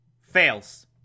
Fails